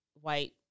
white